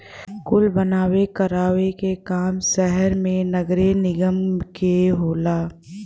कुल बनवावे करावे क काम सहर मे नगरे निगम के होला